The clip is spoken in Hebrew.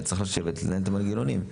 וצריך לשבת לנהל את המנגנונים.